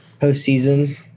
postseason